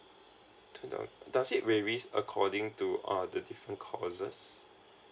to the does it varies according to uh the different courses